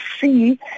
see